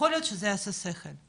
יכול להיות שזה יעשה שכל,